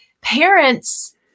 parents